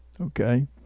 Okay